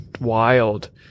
wild